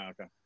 okay